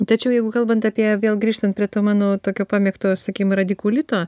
tačiau jeigu kalbant apie vėl grįžtant prie to mano tokio pamėgto sakym radikulito